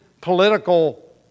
political